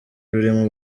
rurimo